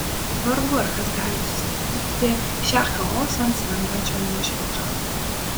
vargu ar kas gali sustabdyti šią chaosan smengančią nuošliaužą